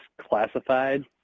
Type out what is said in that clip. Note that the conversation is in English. classified